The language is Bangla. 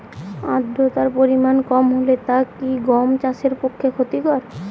আর্দতার পরিমাণ কম হলে তা কি গম চাষের পক্ষে ক্ষতিকর?